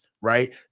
right